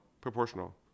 Proportional